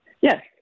Yes